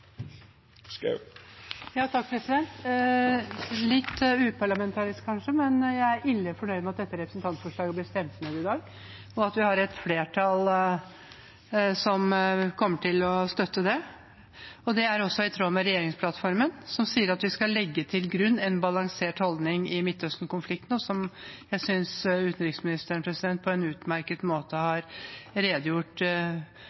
litt uparlamentarisk, kanskje, men jeg er «ille fornøyd» med at dette representantforslaget blir stemt ned i dag, og at vi har et flertall som kommer til å støtte det. Det er også i tråd med regjeringsplattformen, som sier at vi skal «legge til grunn en balansert holdning til Midtøsten-konflikten», og som jeg synes utenriksministeren på en utmerket måte